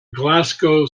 glasgow